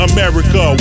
America